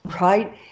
right